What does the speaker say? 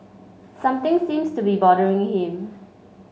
something seems to be bothering him